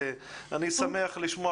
אני שמח לשמוע